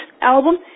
album